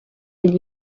gli